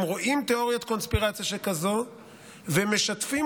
הם רואים תיאוריית קונספירציה שכזו והם משתפים